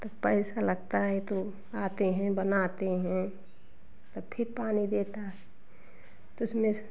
तो पैसा लगता है आते हैं बनाते हैं त फ़िर पानी देता है तो उसमें से